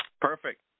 Perfect